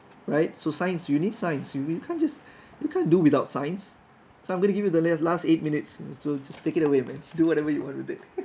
right so science you need science you you can't just you can't do without science so I'm gonna give you the last eight minutes so just take it away man do whatever you want with it